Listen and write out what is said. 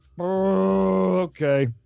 okay